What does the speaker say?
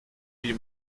die